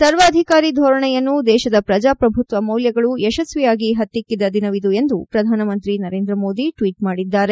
ಸರ್ವಾಧಿಕಾರಿ ಧೋರಣೆಯನ್ನು ದೇಶದ ಪ್ರಜಾಪ್ರಭುತ್ವ ಮೌಲ್ಯಗಳು ಯಶಸ್ವಿಯಾಗಿ ಹತ್ತಿಕ್ಕಿದ ದಿನವಿದು ಎಂದು ಪ್ರಧಾನ ಮಂತ್ರಿ ನರೇಂದ್ರ ಮೋದಿ ಟ್ವೀಟ್ ಮಾಡಿದ್ದಾರೆ